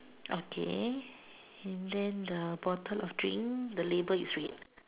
okay and then the bottle of drink the label is red